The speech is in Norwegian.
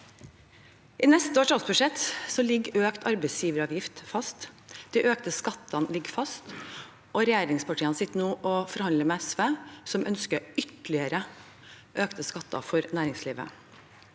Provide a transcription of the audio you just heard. I neste års statsbudsjett ligger økt arbeidsgiveravgift fast, de økte skattene ligger fast, og regjeringspartiene sitter nå og forhandler med SV, som ønsker ytterligere økte skatter for næringslivet.